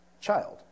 child